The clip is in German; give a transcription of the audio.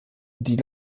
die